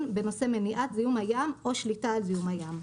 בנושא מניעת זיהום הים או שליטה על זיהום ים.